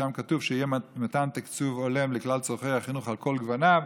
ושם כתוב שיהיה מתן תקצוב הולם לכלל צורכי החינוך על כל גווניו.